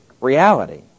Reality